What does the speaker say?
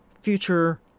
future